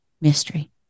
mystery